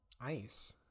ice